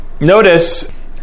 notice